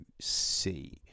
see